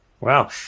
wow